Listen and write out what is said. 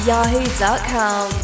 Yahoo.com